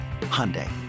Hyundai